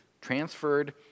Transferred